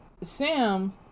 Sam